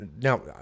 Now